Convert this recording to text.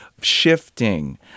shifting